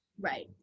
Right